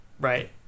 Right